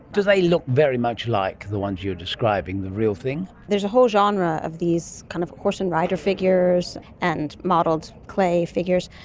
do they look very much like the ones you were describing, the real thing? there's a whole genre of these kind of horse and rider figures and modelled clay figures.